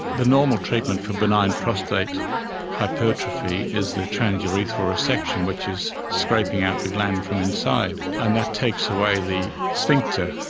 the normal treatment for benign prostate hypertrophy is the transurethral resection, which is scraping out the gland from inside, and that takes away the sphincter,